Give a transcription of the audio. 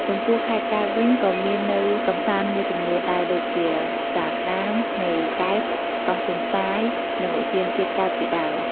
ចំពោះខេត្តកែបវិញក៏មាននៅកម្សាន្តមួយចំនួនដែរដូចជា ផ្សារក្ដាម ឆ្នេរកែប កោះទន្សាយ និងឧទ្យានជាតិកែបជាដើម។